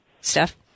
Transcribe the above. Steph